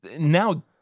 now